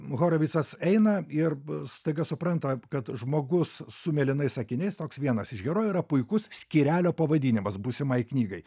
horovicas eina ir staiga supranta kad žmogus su mėlynais akiniais toks vienas iš herojų yra puikus skyrelio pavadinimas būsimai knygai